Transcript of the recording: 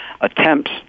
attempts